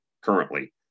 currently